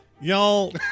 Y'all